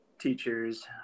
teachers